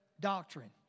doctrine